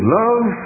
love